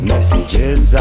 Messages